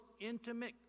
intimate